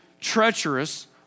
treacherous